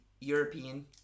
European